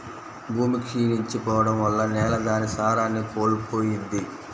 భూమి క్షీణించి పోడం వల్ల నేల దాని సారాన్ని కోల్పోయిద్ది